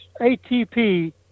ATP